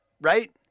right